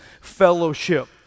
fellowship